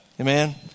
Amen